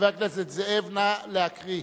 חבר הכנסת זאב, נא להקריא.